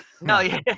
No